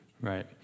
right